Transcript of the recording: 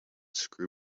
screw